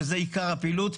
שזה עיקר הפעילות,